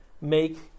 make